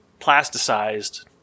plasticized